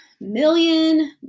million